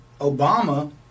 Obama